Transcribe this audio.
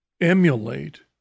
emulate